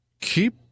Keep